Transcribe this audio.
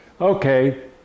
Okay